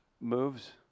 moves